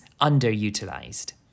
underutilized